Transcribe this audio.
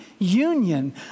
Union